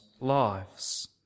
lives